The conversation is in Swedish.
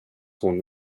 hon